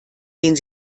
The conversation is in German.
den